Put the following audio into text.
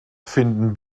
finden